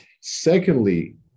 Secondly